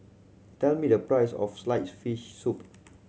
tell me the price of sliced fish soup